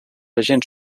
agents